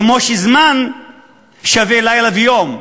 כמו שזמן שווה לילה ויום.